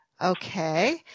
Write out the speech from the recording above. Okay